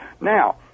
Now